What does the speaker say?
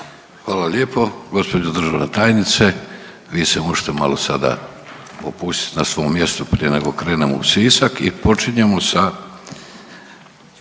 Hvala lijepo, gđo. državna tajnice vi se možete malo sada opustit na svom mjestu prije nego krenemo u Sisak i počinjemo sa,